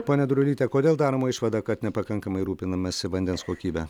ponia drūlyte kodėl daroma išvada kad nepakankamai rūpinamasi vandens kokybe